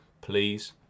please